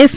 F